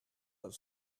have